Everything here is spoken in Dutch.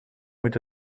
moet